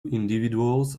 individuals